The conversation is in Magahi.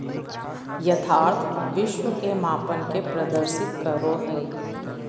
यथार्थ विश्व के मापन के प्रदर्शित करो हइ